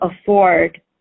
afford